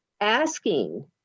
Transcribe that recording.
asking